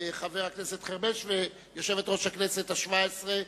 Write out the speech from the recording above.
חבר הכנסת חרמש ויושבת-ראש הכנסת השבע-עשרה,